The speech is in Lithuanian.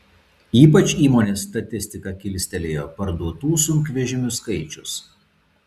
ypač įmonės statistiką kilstelėjo parduotų sunkvežimių skaičius